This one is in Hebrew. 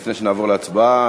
לפני שנעבור להצבעה,